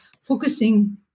focusing